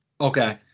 Okay